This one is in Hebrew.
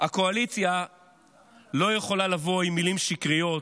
הקואליציה לא יכולה לבוא עם מילים שקריות,